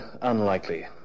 unlikely